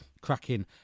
cracking